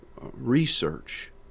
research